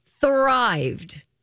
thrived